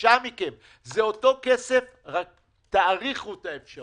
בבקשה מכם, זה אותו כסף, רק תאריכו את האפשרות.